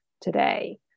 Today